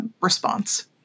response